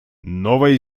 новая